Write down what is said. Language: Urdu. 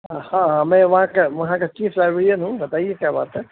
ہاں ہاں میں وہاں کا وہاں کا چیف لائبریرئن ہوں بتائیے کیا بات ہے